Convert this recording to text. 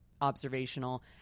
observational